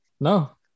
No